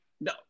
No